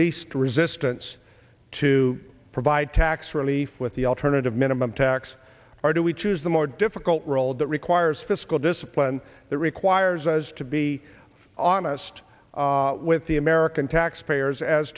least resistance to provide tax relief with the alternative minimum tax or do we choose the more difficult role that requires fiscal discipline that requires us to be honest with the american taxpayers as